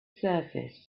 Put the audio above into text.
surface